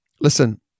listen